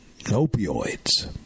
opioids